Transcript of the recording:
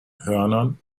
hörnern